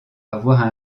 avoir